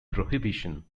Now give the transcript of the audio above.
prohibition